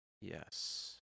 Yes